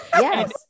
Yes